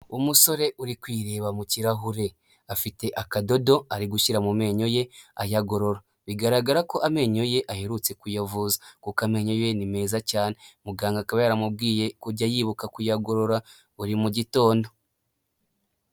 Umusore uri kwreba mu kirahure, afite akadodo ari gushyira mu menyo ye ayagorora, bigaragara ko amenyo ye aherutse kuyavuza kuko amenyo ye ni meza cyane, muganga akaba yaramubwiye kujya yibuka kuyagorora buri mu gitondo.